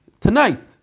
tonight